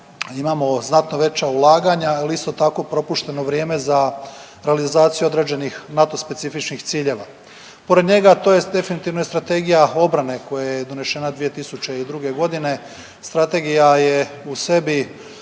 imamo znatno veća ulaganja ili isto tako propušteno vrijeme za realizaciju određenih NATO specifičnih ciljeva. Pored njega, tj. definitivno je strategija obrane koja je donesena 2002. godine, strategija je u sebi